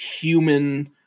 human